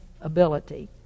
ability